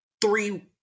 three